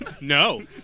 No